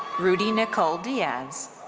rudy nicole diaz.